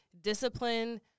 Discipline